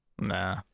nah